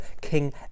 King